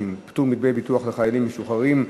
160) (פטור מדמי ביטוח לחיילים משוחררים),